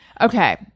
Okay